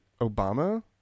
Obama